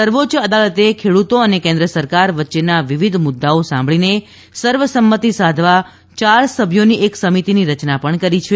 સર્વોચ્ય અદાલતે ખેડૂતો અને કેન્દ્ર સરકાર વચ્ચેના વિવિધ મુદ્દાઓ સાંભળીને સર્વસંમતી સાધવા ચાર સભ્યોની એક સમિતીની રચના પણ કરી છે